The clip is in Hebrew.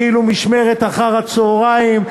כאילו משמרת אחר-הצהריים,